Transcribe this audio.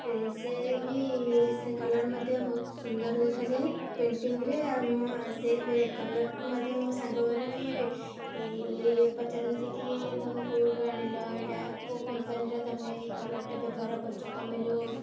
ସେ ବି ସେ କଲର୍ ମଧ୍ୟ ବହୁତ ସୁନ୍ଦର ଦେଖାଯାଏ ପେଣ୍ଟିଂରେ ଆଉ ମୁଁ ସେ କଲର୍କୁ ମଧ୍ୟ ମୋ ସାଙ୍ଗମାନେ ବି ଇ ପଚାରନ୍ତି କି ତମେ କେଉଁଠୁ ଆଣିଲ ଏଇଟା କେଉଁ କମ୍ପାନୀର ତୁମେ ଏହି କଲର୍ଟା ବ୍ୟବହାର କରୁଛ ତୁମେ ଯେଉଁ